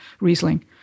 Riesling